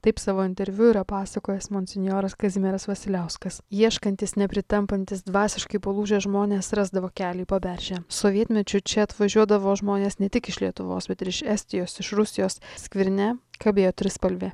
taip savo interviu yra pasakojęs monsinjoras kazimieras vasiliauskas ieškantys nepritampantys dvasiškai palūžę žmonės rasdavo kelią į paberžę sovietmečiu čia atvažiuodavo žmonės ne tik iš lietuvos bet ir iš estijos iš rusijos skvirne kabėjo trispalvė